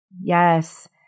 Yes